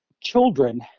children